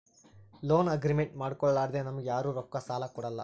loan agreement ಮಾಡ್ಕೊಲಾರ್ದೆ ನಮ್ಗ್ ಯಾರು ರೊಕ್ಕಾ ಸಾಲ ಕೊಡಲ್ಲ